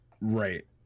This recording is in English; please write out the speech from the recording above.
Right